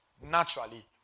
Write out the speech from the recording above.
naturally